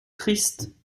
triste